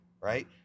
right